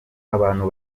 abantu